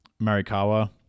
Marikawa